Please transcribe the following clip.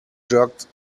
jerked